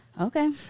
Okay